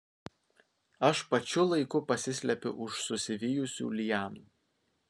aš pačiu laiku pasislepiu už susivijusių lianų